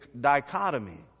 dichotomy